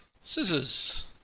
Scissors